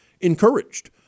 encouraged